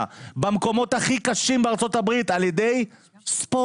במקומות הכי קשים בארצות הברית על ידי ספורט.